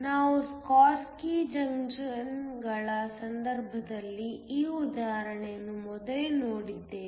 ನಾವು ಸ್ಕಾಟ್ಕಿ ಜಂಕ್ಷನ್ಗಳ ಸಂದರ್ಭದಲ್ಲಿ ಈ ಉದಾಹರಣೆಯನ್ನು ಮೊದಲೇ ನೋಡಿದ್ದೇವೆ